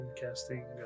casting